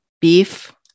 beef